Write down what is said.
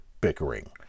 bickering